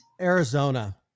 Arizona